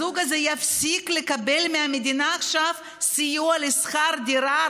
הזוג הזה יפסיק לקבל מהמדינה עכשיו סיוע בשכר דירה,